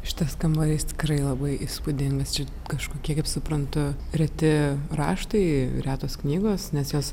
šitas kambarys tikrai labai įspūdingas čia kažkokie kaip suprantu reti raštai retos knygos nes jos